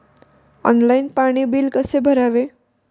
Online पाणी bill कसे भरावे?